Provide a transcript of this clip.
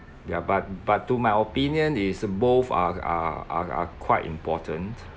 ya but but to my opinion is both are are are are quite important